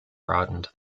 broadened